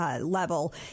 Level